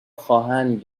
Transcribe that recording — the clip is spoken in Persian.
خواهند